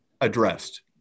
addressed